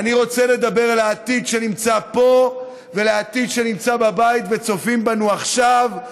אני רוצה לדבר על העתיד שנמצא פה ועל העתיד שנמצא בבית וצופה בנו עכשיו,